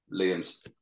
Liam's